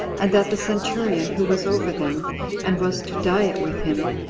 and that the centurion who was over them and was to diet with him,